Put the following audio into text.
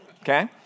okay